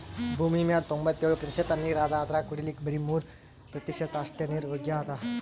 ಭೂಮಿಮ್ಯಾಲ್ ತೊಂಬತ್ತೆಳ್ ಪ್ರತಿಷತ್ ನೀರ್ ಅದಾ ಅದ್ರಾಗ ಕುಡಿಲಿಕ್ಕ್ ಬರಿ ಮೂರ್ ಪ್ರತಿಷತ್ ಅಷ್ಟೆ ನೀರ್ ಯೋಗ್ಯ್ ಅದಾ